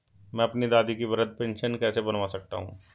मैं अपनी दादी की वृद्ध पेंशन कैसे बनवा सकता हूँ?